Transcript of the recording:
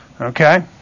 Okay